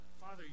Father